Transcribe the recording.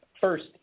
First